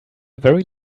very